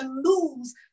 lose